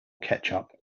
ketchup